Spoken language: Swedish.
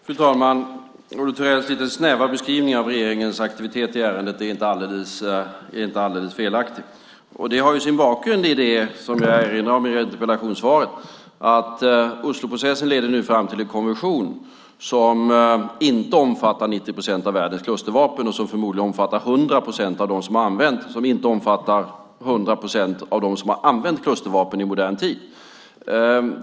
Fru talman! Olle Thorells lite snäva beskrivning av regeringens aktivitet i ärendet är inte alldeles felaktig. Det har sin bakgrund i det som jag erinrar om i interpellationssvaret, nämligen att Osloprocessen nu leder fram till en konvention som inte omfattar 90 procent av världens klustervapen och som förmodligen omfattar 100 procent av dem som har använt sådana vapen, men däremot inte omfattar 100 procent av dem som har använt klustervapen i modern tid.